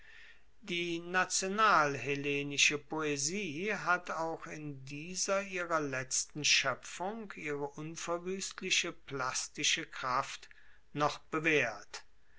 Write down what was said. die nationalhellenische poesie hat auch in dieser ihrer letzten schoepfung ihre unverwuestliche plastische kraft noch bewaehrt